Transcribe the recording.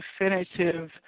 definitive